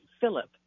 Philip